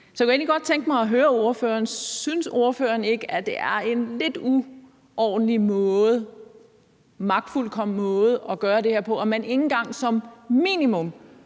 egentlig godt tænke mig at høre ordføreren: Synes ordføreren ikke, at det er en lidt uordentlig og magtfuldkommen måde at gøre det her på, når man ikke engang som minimum